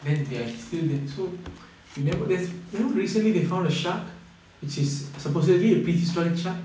then they're still there so you know there's you know recently they found a shark which is supposedly a prehistoric shark